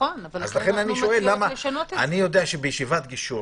אתה לא הולך לישיבת גישור